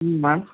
ம் மேம்